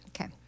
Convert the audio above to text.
Okay